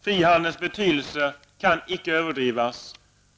Frihandelns betydelse kan inte överdrivas.